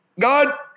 God